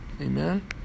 Amen